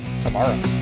tomorrow